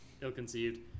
ill-conceived